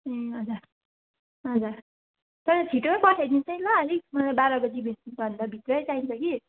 ए हजुर हजुर तर छिटै पठाइदिनुहोसै ल अलिक मलाई बाह्र बजीभन्दा भित्रै चाहिन्छ कि